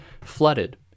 flooded